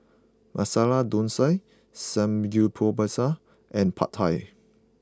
Masala Dosa Samgeyopsal and Pad Thai